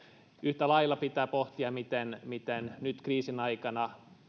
yhtä lailla pitää pohtia miten miten nyt kriisin aikana